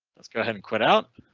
let's go ahead and quit out.